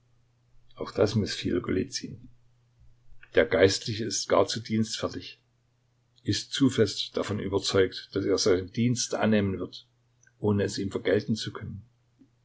auch das mißfiel golizyn der geistliche ist gar zu dienstfertig ist zu fest davon überzeugt daß er seine dienste annehmen wird ohne es ihm vergelten zu können